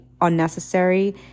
unnecessary